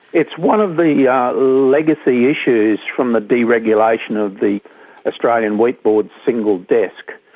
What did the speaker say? it's one of the yeah ah legacy issues from the deregulation of the australian wheat board single desk.